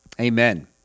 Amen